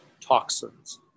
toxins